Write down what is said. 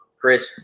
Chris